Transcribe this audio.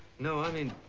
no i mean